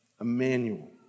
Emmanuel